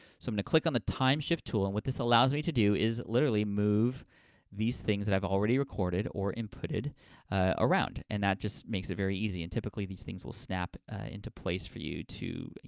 so i'm gonna click on the time shift tool and what this allows me to do is literally move these things that i've already recorded or inputted around. and that just makes it very easy, and typically these things will snap into place for you to, you